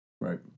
Right